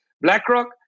BlackRock